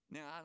Now